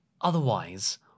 Otherwise